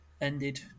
ended